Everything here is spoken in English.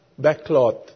backcloth